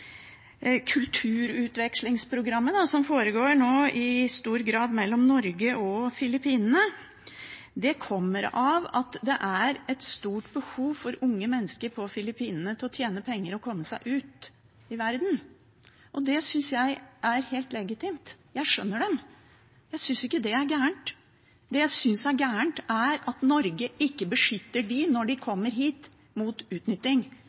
som nå foregår i stor grad mellom Norge og Filippinene, kommer av at unge mennesker på Filippinene har et stort behov for å tjene penger og komme seg ut i verden. Det synes jeg er helt legitimt, jeg skjønner dem. Jeg synes ikke det er galt. Det jeg synes er galt, er at Norge ikke beskytter dem mot utnytting når de